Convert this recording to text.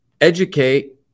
educate